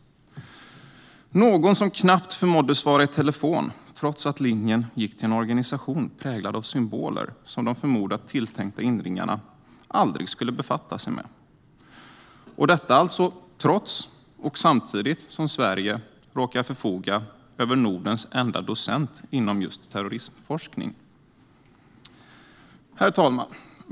Det var någon som knappt förmådde svara i telefon, trots att linjen gick till en organisation präglad av symboler som de förmodat tilltänkta inringarna aldrig skulle befatta sig med. Detta skedde alltså trots och samtidigt som Sverige råkar förfoga över Nordens enda docent inom just terrorismforskning. Herr talman!